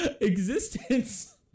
Existence